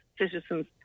citizens